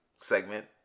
segment